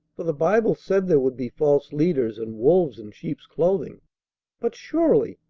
for the bible said there would be false leaders and wolves in sheep's clothing but surely,